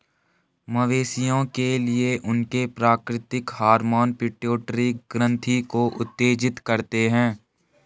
मवेशियों के लिए, उनके प्राकृतिक हार्मोन पिट्यूटरी ग्रंथि को उत्तेजित करते हैं